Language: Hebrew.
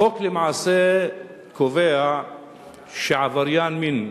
החוק למעשה קובע שעבריין מין,